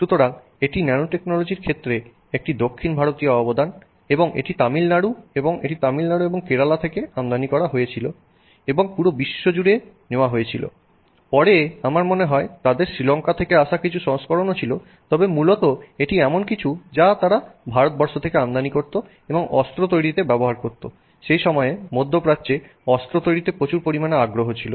সুতরাং এটি ন্যানোটেকনোলজির ক্ষেত্রে একটি দক্ষিণ ভারতীয় অবদান এবং এটি তামিলনাড়ু এবং এটি তামিলনাড়ু এবং কেরালা থেকে আমদানি করা হয়েছিল এবং পুরো বিশ্বজুড়ে নেওয়া হয়েছিল পরে আমার মনে হয় তাদের শ্রীলঙ্কা থেকে আসা কিছু সংস্করণও ছিল তবে মূলত এটি এমন কিছু যা তারা ভারত থেকে আমদানি করত এবং অস্ত্র তৈরিতে ব্যবহার করত সেই সময়ে মধ্য প্রাচ্যে অস্ত্র তৈরিতে প্রচুর পরিমাণে আগ্রহ ছিল